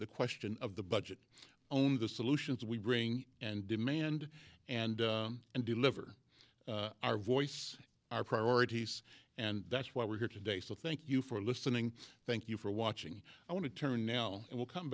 the question of the budget only the solutions we bring and demand and and deliver our voice our priorities and that's why we're here today so thank you for listening thank you for watching i want to turn now we'll come